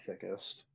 thickest